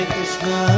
Krishna